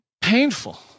painful